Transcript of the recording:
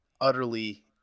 utterly